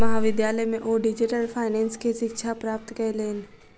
महाविद्यालय में ओ डिजिटल फाइनेंस के शिक्षा प्राप्त कयलैन